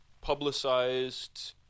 publicized